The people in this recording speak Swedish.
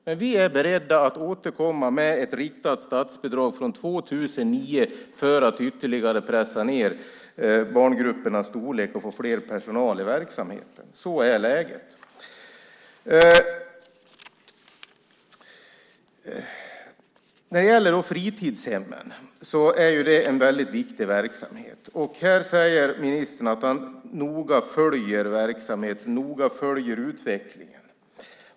Men vi är beredda att återkomma med ett riktat statsbidrag från 2009 för att ytterligare pressa ned barngruppernas storlek och få mer personal i verksamheten. Så är läget. När det gäller fritidshemmen är det en väldigt viktig verksamhet. Här säger ministern att han noga följer verksamheten, noga följer utvecklingen.